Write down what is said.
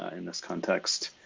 ah in this context,